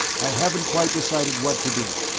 i haven't quite decided what to do.